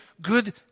good